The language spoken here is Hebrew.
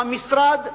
המשרד,